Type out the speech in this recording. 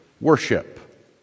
worship